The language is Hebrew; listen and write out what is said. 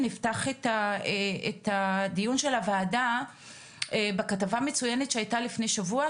נפתח את הדיון של הוועדה בכתבה מצויינת שהיתה לפני שבוע,